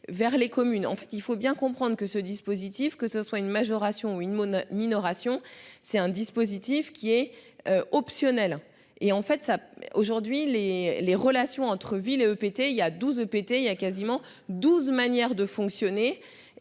vers les communes en fait il faut bien comprendre que ce dispositif, que ce soit une majoration une minoration c'est un dispositif qui est. Optionnel. Et en fait ça aujourd'hui les les relations entre ville et EPT il y a 12 OPT il a quasiment 12, manière de fonctionner.